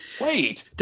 wait